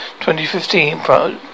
2015